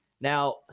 Now